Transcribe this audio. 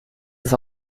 das